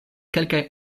kelkaj